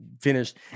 finished